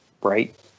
Right